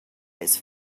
its